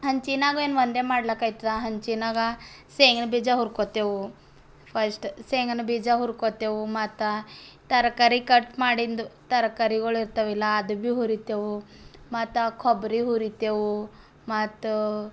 ಹೆಂಚಿನಾಗ ಏನು ಒಂದೇ ಮಾಡ್ಲಕ್ಕ ಆಯಿತಾ ಹೆಂಚಿನಾಗ ಶೇಂಗಾ ಬೀಜ ಹುರ್ಕೊತೇವೆ ಫಸ್ಟ್ ಶೇಂಗ ಬೀಜ ಹುರ್ಕೊತೇವೆ ಮತ್ತು ತರಕಾರಿ ಕಟ್ ಮಾಡಿದ್ದು ತರಕಾರಿಗಳು ಇರ್ತಾವಲ್ಲ ಅದು ಭೀ ಹುರಿತೇವೆ ಮತ್ತು ಕೊಬ್ಬರಿ ಹುರಿತೇವೆ ಮತ್ತು